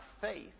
faith